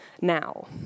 now